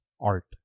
art